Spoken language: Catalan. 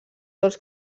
dolç